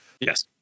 Yes